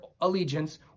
allegiance